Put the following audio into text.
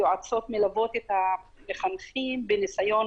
היועצות מלוות את המחנכים בניסיון